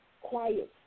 quiet